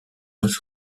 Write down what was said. rolls